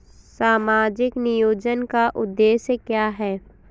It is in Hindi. सामाजिक नियोजन का उद्देश्य क्या है?